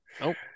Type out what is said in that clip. Nope